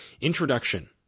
Introduction